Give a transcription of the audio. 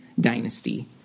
dynasty